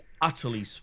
utterly